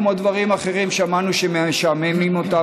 כמו דברים אחרים ששמענו שמשעממים אותם.